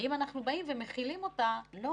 אנחנו מחילים --?